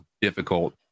difficult